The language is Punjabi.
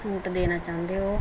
ਛੂਟ ਦੇਣਾ ਚਾਹੁੰਦੇ ਹੋ